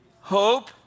hope